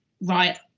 right